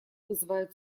вызывают